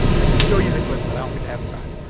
i could show you the clip but i don't think at the time.